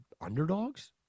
underdogs